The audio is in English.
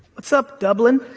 what's up, dublin?